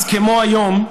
אז כמו היום,